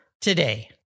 today